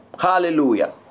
Hallelujah